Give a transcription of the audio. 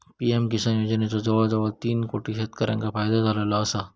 PM Kisan योजनेचो जवळजवळ तीन कोटी शेतकऱ्यांका फायदो झालेलो आसा